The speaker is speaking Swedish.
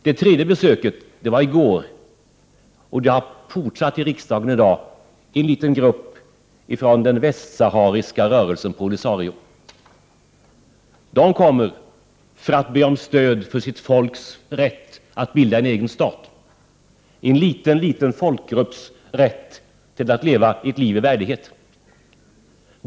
Det tredje besöket var i går, och det har fortsatt i riksdagen i dag. En liten grupp från den västsahariska rörelsen Polisario har kommit hit för att be om stöd för sitt folks rätt att bilda en egen stat, en liten liten folkgrupps rätt till att leva ett liv i värdighet.